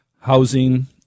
housing